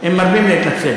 הם מרבים להתנצל.